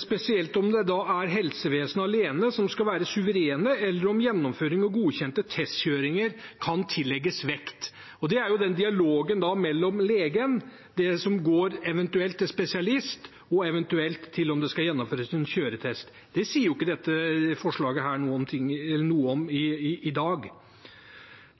spesielt om det er helsevesenet alene som skal være suverene, eller om gjennomføring og godkjente testkjøringer kan tillegges vekt. Og dialogen mellom legen og eventuelt en spesialist, og om det skal gjennomføres en kjøretest, det sier jo ikke dette forslaget noe om i dag.